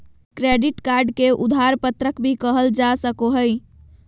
credit card के उधार पत्रक भी कहल जा सको हइ